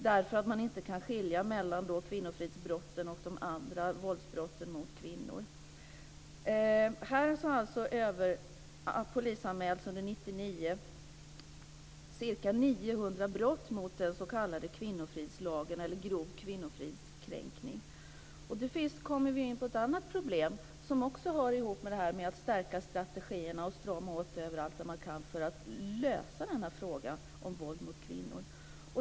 Man kan inte skilja mellan kvinnofridsbrotten och de andra våldsbrotten mot kvinnor. Under 1999 polisanmäldes ca 900 brott mot den s.k. kvinnofridslagen, dvs. grov kvinnofridskränkning. Då kommer vi in på ett annat problem som också hör ihop med detta att stärka strategierna och strama åt överallt man kan för att lösa frågan om våld mot kvinnor.